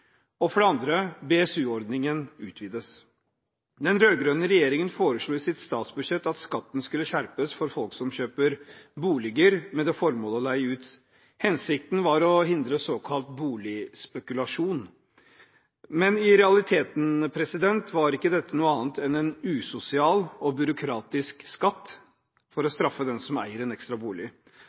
Og for det andre: BSU-ordningen utvides. Den rød-grønne regjeringen foreslo i sitt statsbudsjett at skatten skulle skjerpes for folk som kjøper boliger med det formål å leie ut. Hensikten var å hindre såkalt boligspekulasjon. Men i realiteten var ikke dette noe annet enn en usosial og byråkratisk skatt for å straffe dem som eier en ekstra bolig.